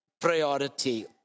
priority